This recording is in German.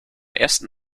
ersten